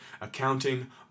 accounting